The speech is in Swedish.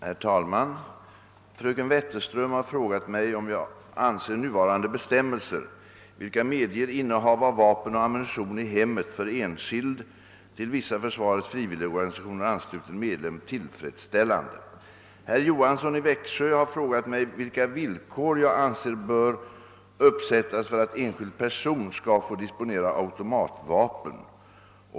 Herr talman! Fröken Wetterström har frågat mig om jag anser nuvarande bestämmelser, vilka medger innehav av vapen och ammunition i hemmet för enskild till vissa försvarets frivilligorganisationer ansluten medlem, tillfredsställande. Herr Johansson i Växjö har frågat mig vilka villkor jag anser bör uppsättas för att enskild person skall få disponera automatvapen.